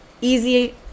easy